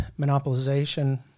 monopolization